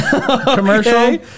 commercial